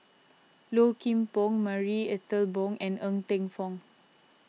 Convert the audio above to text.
Low Kim Pong Marie Ethel Bong and Ng Teng Fong